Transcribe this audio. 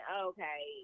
okay